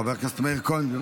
חבר הכנסת מאיר כהן.